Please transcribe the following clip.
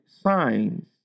signs